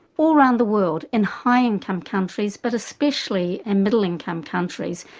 all around the world, in high income countries but especially in middle income countries,